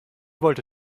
wollte